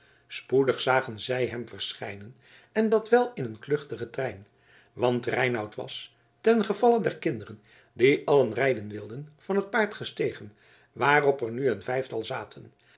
spoedig zagen zij hem verschijnen en dat wel in een kluchtigen trein want reinout was ten gevalle der kinderen die allen rijden wilden van t paard gestegen waarop er nu een vijftal zaten